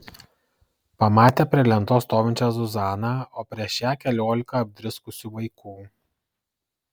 pamatė prie lentos stovinčią zuzaną o prieš ją keliolika apdriskusių vaikų